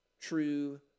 true